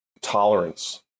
tolerance